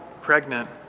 pregnant